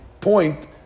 point